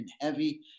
heavy